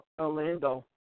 Orlando